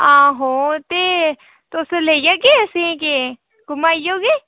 आहो ते तुस लेई जाह्गे असें के घुम्माई औह्गे